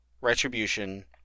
retribution